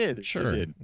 sure